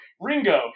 Ringo